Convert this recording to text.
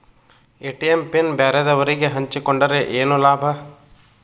ATM pin ಬ್ಯಾರೆದವರಗೆ ಹಂಚಿಕೊಂಡರೆ ಏನು ಲಾಭ?